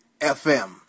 FM